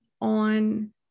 on